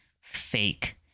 fake